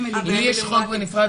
יש מקום לכולן.